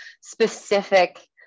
specific